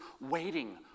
waiting